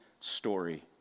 story